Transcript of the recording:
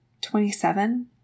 Twenty-seven